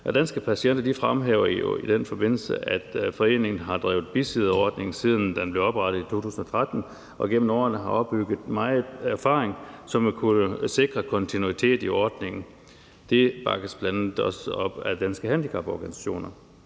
Danske Patienter fremhæver i den forbindelse, at foreningen har drevet bisidderordning, siden den blev oprettet i 2013, og igennem årene har opbygget meget erfaring, som vil kunne sikre kontinuitet i ordningen. Det bakkes bl.a. også op af Danske Handicaporganisationer.